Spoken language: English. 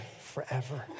forever